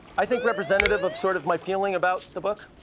i think, representative of sort of my feeling about the book.